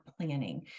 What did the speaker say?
planning